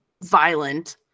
violent